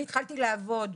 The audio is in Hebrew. אני התחלתי לעבוד,